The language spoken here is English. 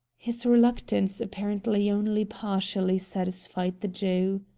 his reluctance apparently only partially satisfied the jew.